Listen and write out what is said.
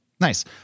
Nice